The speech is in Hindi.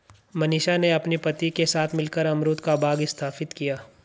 मनीषा ने अपने पति के साथ मिलकर अमरूद का बाग स्थापित किया